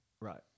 Right